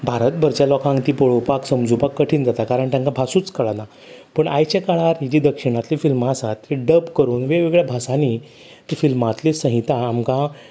भारतभरच्या लोकांक तीं पळोपाक समजुपाक कठीण जाता कारण तांकां भासूच कळना पूण आयच्या काळार ही जी दक्षिणांतलीं फिल्मां आसात तीं डब करून वेगवेगळ्या भासांनी तीं फिल्मांतली संहिता आमकां